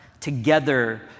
together